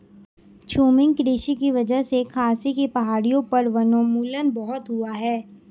झूमिंग कृषि की वजह से खासी की पहाड़ियों पर वनोन्मूलन बहुत हुआ है